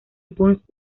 burns